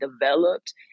developed